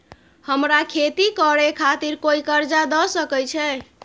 हमरा खेती करे खातिर कोय कर्जा द सकय छै?